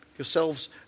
yourselves